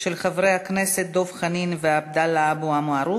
של חברי הכנסת דב חנין ועבדאללה אבו מערוף,